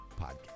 podcast